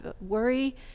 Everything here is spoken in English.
worry